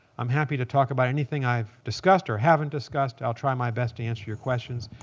i'm happy to talk about anything i've discussed or haven't discussed. i'll try my best to answer your questions.